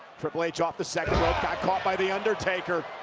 triple h off the second rope got caught by the undertaker,